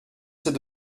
ces